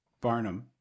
Barnum